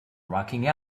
rocking